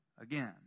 again